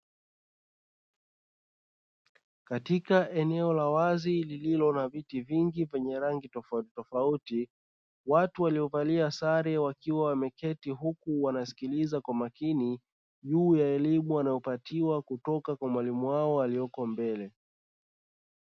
Katika eneo la wazi lililo na viti vingi vyenye rangi tofautitofauti, watu waliovalia sare wakiwa wameketi huku wanasikiliza kwa makini juu ya elimu wanayopatiwa juu ya mwalimu wao aliyepo mbele.